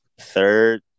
Third